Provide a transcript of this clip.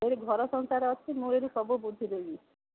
ଏଇଠି ଘର ସଂସାର ଅଛି ମୁଁ ଏଇଠି ସବୁ ବୁଝିଦେବି